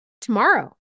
tomorrow